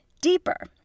deeper